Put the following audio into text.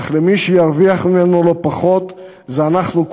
אך מי שירוויח ממנו לא פחות זה אנחנו,